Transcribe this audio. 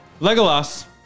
Legolas